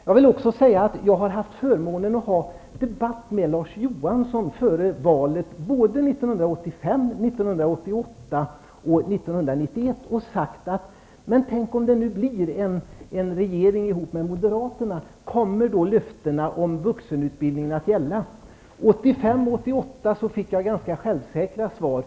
Jag har haft förmånen att debattera med Larz Johansson före valen såväl 1985 som 1988 och 1991, och jag har då sagt: Tänk, om det nu blir en regering ihop med moderaterna! Kommer då löftena om vuxenutbildningen att gälla? 1985 och 1988 fick jag ganska självsäkra svar.